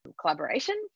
collaboration